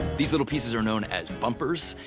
these little pieces are known as bumpers,